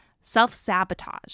self-sabotage